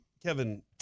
Kevin